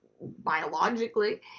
biologically